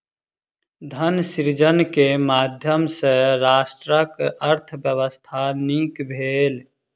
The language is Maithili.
धन सृजन के माध्यम सॅ राष्ट्रक अर्थव्यवस्था नीक भेल